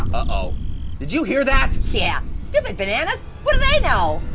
uh-oh did you hear that? yeah. stupid bananas. what do they know?